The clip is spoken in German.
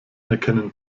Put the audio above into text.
erkennen